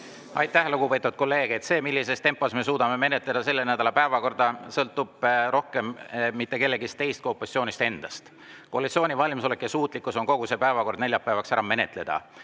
Aitäh, lugupeetud kolleeg! See, millises tempos me suudame menetleda selle nädala päevakorda, ei sõltu rohkem mitte kellestki teisest kui opositsioonist endast. Koalitsiooni valmisolek ja suutlikkus on kogu see päevakord neljapäevaks ära menetleda.